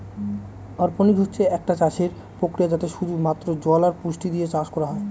অরপনিক্স হচ্ছে একটা চাষের প্রক্রিয়া যাতে শুধু মাত্র জল আর পুষ্টি দিয়ে চাষ করা হয়